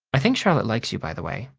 i think charlotte likes you, by the way.